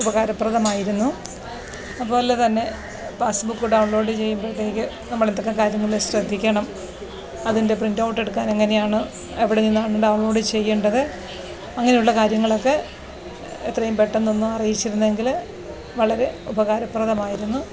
ഉപകാരപ്രദമായിരുന്നു അതുപോലെ തന്നെ passbook download ചെയ്യുമ്പോഴത്തേക്ക് നമ്മൾ എന്തൊക്കെ കാര്യങ്ങൾ ശ്രദ്ധിക്കണം അതിൻ്റെ പ്രിൻ്റൗട്ട് എടുക്കാൻ എങ്ങനെയാണ് എവിടെ നിന്നാണ് ഡൗൻലോഡ് ചെയ്യേണ്ടത് അങ്ങനെയുള്ള കാര്യങ്ങളൊക്കെ എത്രയും പെട്ടെന്നൊന്ന് അറിയിച്ചിരുന്നെങ്കിൽ വളരെ ഉപകാരപ്രദമായിരുന്നു